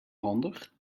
handig